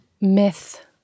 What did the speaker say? myth